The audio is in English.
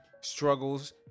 struggles